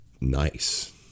Nice